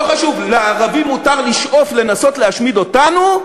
לא חשוב, לערבי מותר לשאוף לנסות להשמיד אותנו,